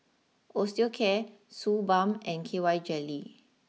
Osteocare Suu Balm and K Y Jelly